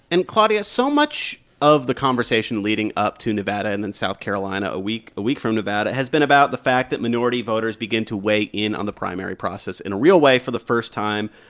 and, claudia, so much of the conversation leading up to nevada and then south carolina a week a week from nevada has been about the fact that minority voters begin to weigh in on the primary process in a real way for the first time.